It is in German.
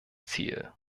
ziel